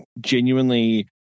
genuinely